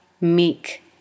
meek